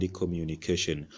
communication